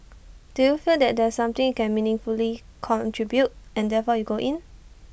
do you feel that there's something you can meaningfully contribute and therefore you go in